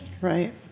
Right